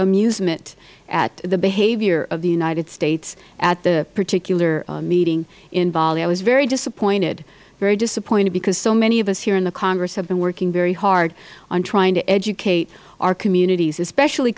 sement at the behavior of the united states at the particular meeting in bali i was very disappointed very disappointed because so many of us here in the congress have been working very hard on trying to educate our communities especially